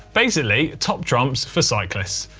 basically, top trumps for cyclists.